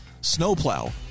snowplow